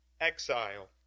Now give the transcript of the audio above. exile